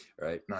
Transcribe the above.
right